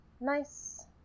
Nice